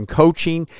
coaching